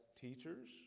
teachers